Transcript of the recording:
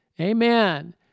Amen